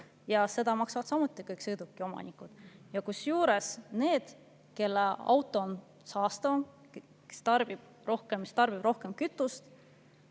ja seda maksavad samuti kõik sõidukiomanikud. Kusjuures need, kelle auto on saastavam ja tarbib rohkem kütust,